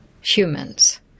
humans